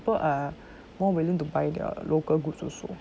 people are more willing to buy their local goods also